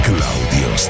Claudio